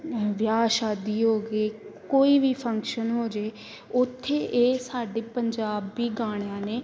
ਨਹੀਂ ਵਿਆਹ ਸ਼ਾਦੀ ਹੋ ਗਈ ਕੋਈ ਵੀ ਫੰਕਸ਼ਨ ਹੋ ਜਾਵੇ ਉੱਥੇ ਇਹ ਸਾਡੇ ਪੰਜਾਬੀ ਗਾਣਿਆ ਨੇ